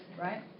Right